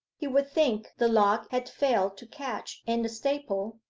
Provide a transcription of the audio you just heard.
he would think the lock had failed to catch in the staple.